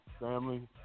family